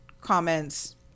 comments